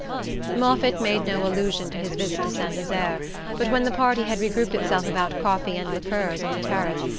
moffatt made no allusion to his visit to saint desert but when the party had re-grouped itself about coffee and liqueurs on the terrace,